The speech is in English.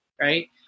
Right